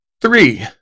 Three